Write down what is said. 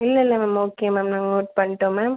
இல்லைல்ல ma'am okay ma'am நாங்கள் note பண்ணிட்டோம் மேம்